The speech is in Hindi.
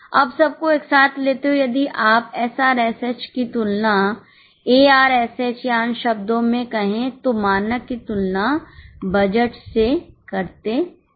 अब सबको एक साथ लेते हुए यदि आप एसआरएसएस या अन्य शब्दों में कहें तो मानक की तुलना बजट से करते हैं